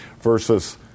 Versus